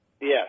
Yes